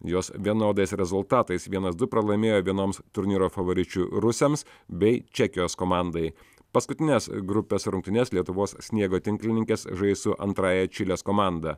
jos vienodais rezultatais vienas du pralaimėjo vienoms turnyro favoričių rusėms bei čekijos komandai paskutines grupės rungtynes lietuvos sniego tinklininkės žais su antrąja čilės komanda